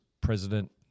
president